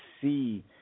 see